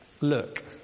Look